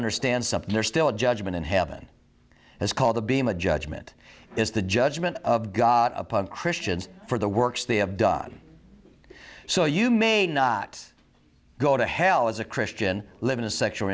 understand something there's still a judgement in heaven is called the beam of judgement is the judgment of god upon christians for the works they have done so you may not go to hell as a christian live in a sexual